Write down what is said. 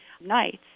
nights